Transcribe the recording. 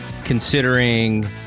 considering